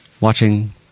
watching